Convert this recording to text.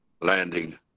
landing